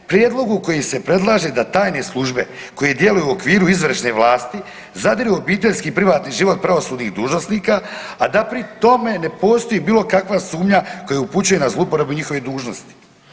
Prijedlogu kojem se predlaže da tajne službe koje djeluju u okviru izvršne vlasti zadiru u obiteljski i privatni život pravosudnih dužnosnika, a da pri tome ne postoji bilo kakva sumnja koja upućuje na zlouporabu njihove dužnosti.